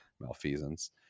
malfeasance